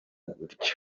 gutya